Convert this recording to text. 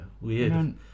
weird